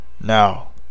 Now